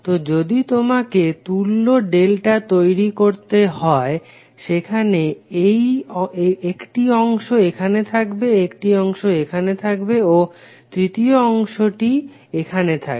তো যদি তোমাকে তুল্য ডেল্টা তৈরি করতে হয় সেখানে একটি অংশ এখানে থাকবে একটি অংশ এখানে থাকবে ও তৃতীয় একটি অংশ এখানে থাকবে